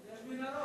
ויש גם מנהרות.